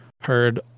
heard